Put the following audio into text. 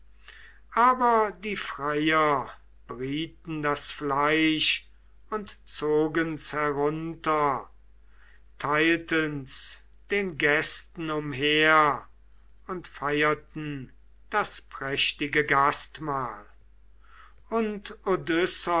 aber die freier brieten das fleisch und zogen's herunter teilten's den gästen umher und feirten das prächtige gastmahl und